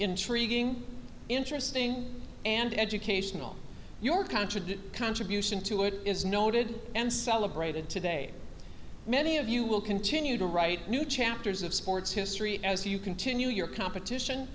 intriguing interesting and educational your contradict contribution to it is noted and celebrated today many of you will continue to write new chapters of sports history as you continue your competition